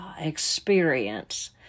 experience